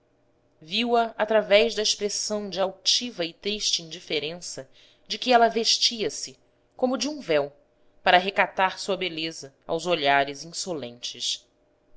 o seu modelo viu-a através da expressão de altiva e triste indiferença de que ela vestia-se como de um véu para recatar sua beleza aos olhares insolentes